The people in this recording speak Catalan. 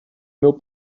meu